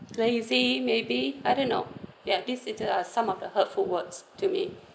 then you say maybe I don't know yeah this is uh some of the hurtful words to me